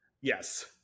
Yes